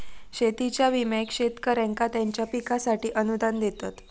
शेतीच्या विम्याक शेतकऱ्यांका त्यांच्या पिकांसाठी अनुदान देतत